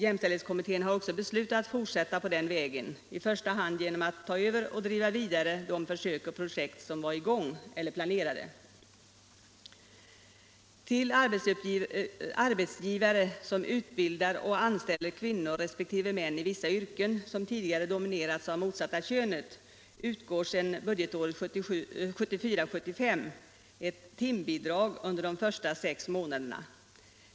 Jämställdhetskommittén har också beslutat fortsätta på den vägen, i första hand genom att ta över och driva vidare de försök och projekt som var i gång eller planerade. Till arbetsgivare som utbildar och anställer kvinnor resp. män i vissa yrken, som tidigare dominerats av det motsatta könet, utgår sedan budgetåret 1974/75 ett timbidrag under de första sex månaderna.